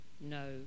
no